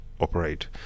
operate